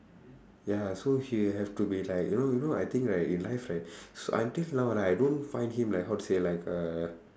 ya so he have to be like you know you know I think right in life right so until now right I don't find him like how to say like uh